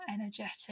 energetic